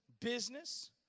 business